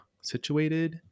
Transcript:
situated